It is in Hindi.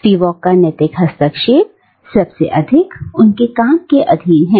स्पिवाक का नैतिक हस्तक्षेप सबसे अधिक उनके काम के अधीन है